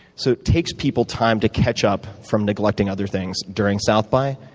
so it takes people time to catch up from neglecting other things during south by.